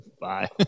Bye